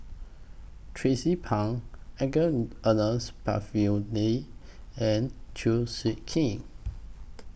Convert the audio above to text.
Tracie Pang Ernest and Chew Swee Kee